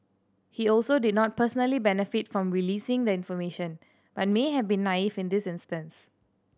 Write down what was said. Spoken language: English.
he also did not personally benefit from releasing the information but may have been naive in this instance